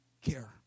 care